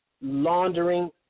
laundering